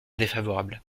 défavorable